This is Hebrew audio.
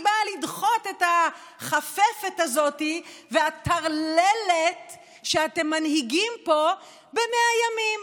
היא באה לדחות את החפפת הזאת והטרללת שאתם מנהיגים פה ב-100 ימים.